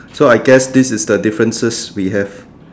so I guess this is the differences we have